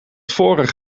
vorig